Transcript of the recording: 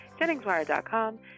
JenningsWire.com